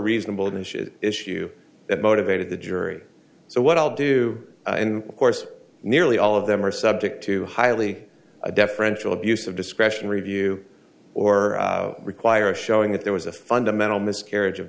reasonable in the issue that motivated the jury so what i'll do and of course nearly all of them are subject to highly deferential abuse of discretion review or require showing that there was a fundamental miscarriage of